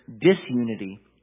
disunity